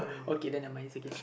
okay then never mind is okay